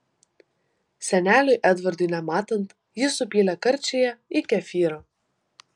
seneliui edvardui nematant ji supylė karčiąją į kefyrą